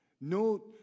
no